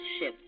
ship